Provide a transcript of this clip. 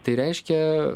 tai reiškia